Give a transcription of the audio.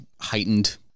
heightened